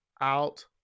out